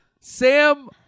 Sam